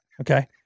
Okay